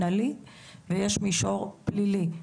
יש מישור מנהלי ויש מישור פלילי,